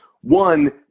one